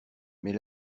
mais